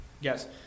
Yes